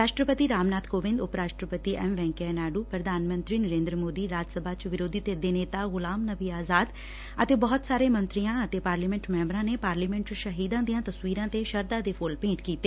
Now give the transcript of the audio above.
ਰਾਸ਼ਟਰਪਤੀ ਰਾਮਨਾਥ ਕੋਵਿੰਦ ਉਪ ਰਾਸ਼ਟਰਪਤੀ ਐਮ ਵੈਂਕਈਆ ਨਾਇਡੁ ਪ੍ਰਧਾਨ ਮੰਤਰੀ ਨਰੇਂਦਰ ਮੋਦੀ ਰਾਜ ਸਭਾ ਚ ਵਿਰੋਧੀ ਧਿਰ ਦੇ ਨੇਤਾ ਗੁਲਾਮ ਨਬੀ ਆਜ਼ਾਦ ਅਤੇ ਬਹੁਤ ਸਾਰੇ ਮੰਤਰੀਆਂ ਅਤੇ ਪਾਰਲੀਮੈਂਟ ਮੈਂਬਰਾਂ ਨੇ ਪਾਰਲੀਮੈਂਟ ਚ ਸ਼ਹੀਦਾਂ ਦੀਆਂ ਤਸਵੀਰਾਂ ਤੇ ਸ਼ਰਧਾ ਦੇ ਫੁੱਲ ਭੇਂਟ ਕੀਤੇ